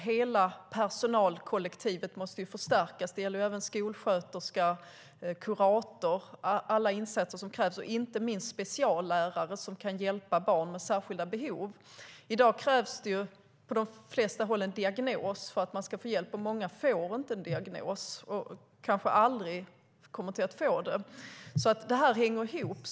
Hela personalkollektivet måste förstärkas, även skolsköterskor, kuratorer och alla insatser som krävs - inte minst speciallärare som kan hjälpa barn med särskilda behov. I dag krävs på de flesta håll en diagnos för att få hjälp. Många har ingen diagnos och får det kanske aldrig.